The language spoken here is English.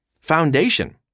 Foundation